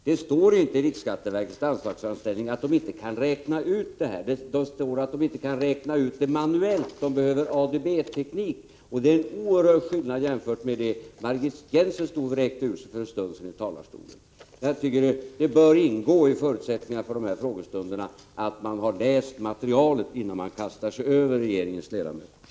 Det står inte i riksskatteverkets anslagsframställning att verket inte kan räkna ut skatten. Det står att man inte kan räkna ut det manuellt. Man behöver ha tillgång till ADB-teknik. Det är en oerhörd skillnad jämfört med det Margit Gennser stod och vräkte ur sig för en stund sedan i talarstolen. Jag tycker att det bör ingå i förutsättningarna för de här frågestunderna att man har läst materialet innan man kastar sig över regeringens ledamöter.